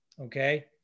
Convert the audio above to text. okay